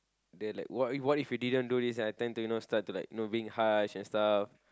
the like what what if you didn't do this I tend to you know start to like no being harsh and stuff